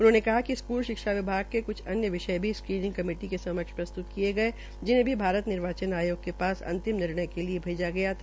उन्होंने बताया कि स्कूल शिक्षा विभाग के क्छ अन्य विषय भी स्क्रीनिंग कमेटी के समक्ष प्रस्तुत किये गए जिन्हें भी भारत निर्वाचन आयोग के पास अंतिम निर्णय के लिए भेजा गया था